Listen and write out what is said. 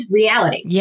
reality